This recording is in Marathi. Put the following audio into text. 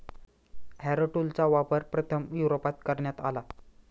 हॅरो टूलचा वापर प्रथम युरोपात करण्यात आला